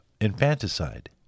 Infanticide